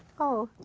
oh.